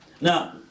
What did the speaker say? Now